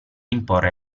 imporre